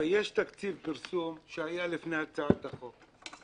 הרי יש תקציב פרסום שהיה לפני הצעת החוק,